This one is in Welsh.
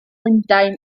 lundain